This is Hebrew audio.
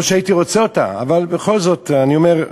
לא שהייתי רוצה אותה, אבל בכל זאת, אני אומר,